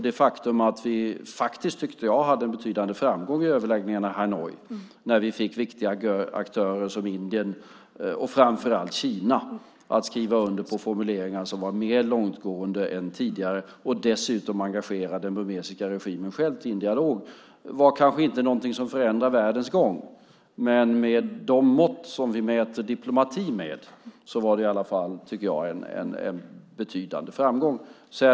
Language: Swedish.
Det faktum att vi hade en betydande framgång i överläggningarna i Hanoi, när vi fick viktiga aktörer som Indien och framför allt Kina att skriva under formuleringar som var mer långtgående än tidigare och dessutom engagera den burmesiska regimen till en dialog, kanske inte förändrar världens gång, men med de mått som vi mäter diplomati tycker jag att det var en betydande framgång.